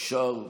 יישר כוחכם.